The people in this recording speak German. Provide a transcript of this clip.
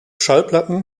schallplatten